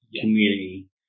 community